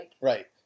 Right